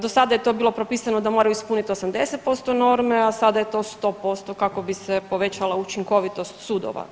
Do sada je to bilo propisano da moraju ispuniti 80% norme, a sada je to 100% kako bi se povećala učinkovitost sudova.